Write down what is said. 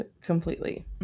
completely